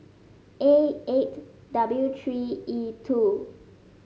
A eight W three E two